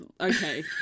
okay